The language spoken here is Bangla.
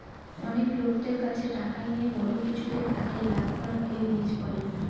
অনেক লোকদের কাছে টাকা নিয়ে বড়ো কিছুতে খাটিয়ে লাভ করাকে হেজ বলে